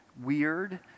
weird